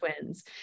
twins